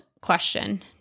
question